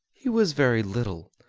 he was very little,